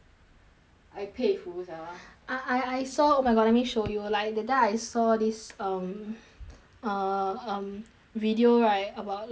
I 佩服 sia I I I saw oh my god let me show you like that time I saw this um uh um video right about like um